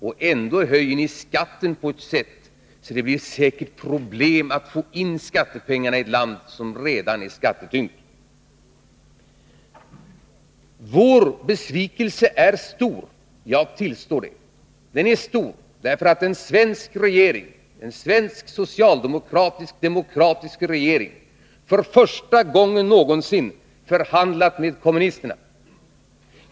Och ändå höjer ni skatten på ett sådant sätt att det säkert blir problem med att få in skattepengarna i ett land som redan är skattetyngt. Vår besvikelse är stor, jag tillstår det. Den är stor, därför att en svensk regering — en svensk socialdemokratisk demokratisk regering — för första gången någonsin förhandlat med kommunisterna.